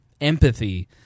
empathy